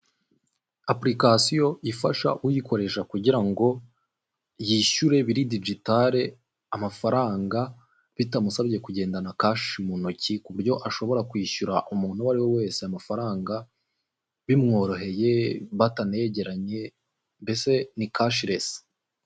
Apulikasiyo ifasha uyikoresha kugira ngo yishyure biri dijitali amafaranga bitamusabye kugendana kashi mu ntoki ku buryo ashobora kwishyura umuntu uwo ari we wese amafaranga bimworoheye batenegeranye mbese ni kashilesi.